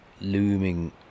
looming